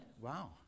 Wow